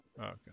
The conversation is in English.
Okay